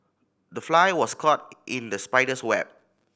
the fly was caught in the spider's web